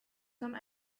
some